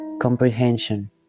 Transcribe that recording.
comprehension